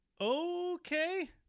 Okay